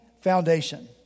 foundation